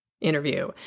interview